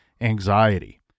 anxiety